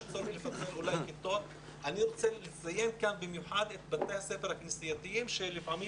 אני רוצה לציין כאן במיוחד את בתי הספר הכנסייתיים שם לפעמים